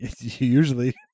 usually